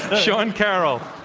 sean carroll.